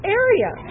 area